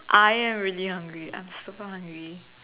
I am really hungry I'm super hungry